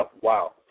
Wow